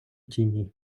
тіні